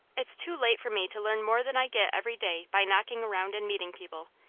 it's too late for me to learn more than i get every day by knocking around and meeting people.